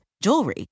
jewelry